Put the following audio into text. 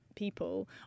People